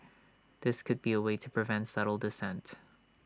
this could be A way to prevent subtle dissent